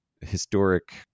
historic